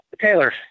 Taylor